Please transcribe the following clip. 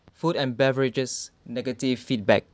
food and beverages negative feedback